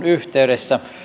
yhteydessä